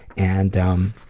and um.